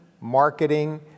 marketing